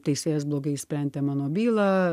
teisėjas blogai išsprendė mano bylą